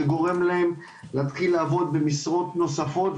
שגורם להם להתחיל לעבוד במשרות נוספות.